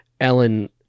ellen